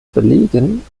belegen